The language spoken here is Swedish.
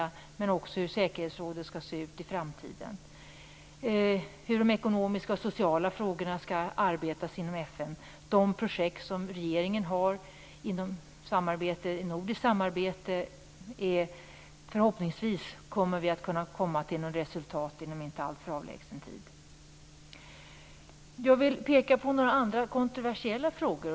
Det gäller också hur säkerhetsrådet skall se ut i framtiden och hur man skall arbeta med de ekonomiska och sociala frågorna inom FN. När det gäller de projekt som regeringen har inom nordiskt samarbete skall vi förhoppningsvis komma till något resultat inom en inte alltför avlägsen tid. Jag vill peka på några andra, kontroversiella, frågor.